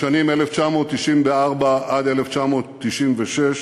בשנים 1994 1996,